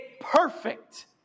perfect